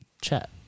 chat